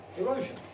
erosion